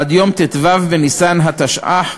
עד יום ט"ו בניסן התשע"ח,